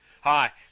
Hi